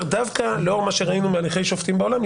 שדווקא לאור מה שראינו מהליכי מינוי שופטים בעולם,